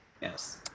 yes